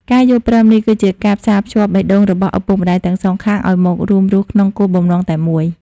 ការយល់ព្រមនេះគឺជាការផ្សារភ្ជាប់បេះដូងរបស់ឪពុកម្ដាយទាំងសងខាង ឱ្យមករួមរស់ក្នុងគោលបំណងតែមួយ។